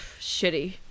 shitty